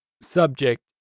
subject